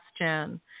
question